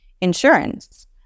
insurance